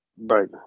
Right